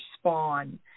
spawn